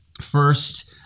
first